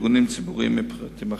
ולארגונים ציבוריים ופרטיים אחרים.